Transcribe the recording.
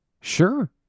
Sure